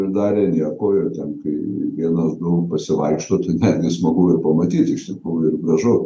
pridarė nieko ir ten kai vienas du pasivaikšto tai netgi smagu ir pamatyti ištikrųjų ir vežu